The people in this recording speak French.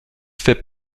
fait